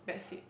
that's it